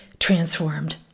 transformed